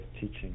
teaching